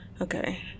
Okay